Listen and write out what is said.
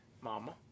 mama